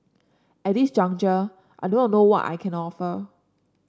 at this juncture I do not know what I can offer